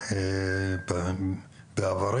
אלא בעבר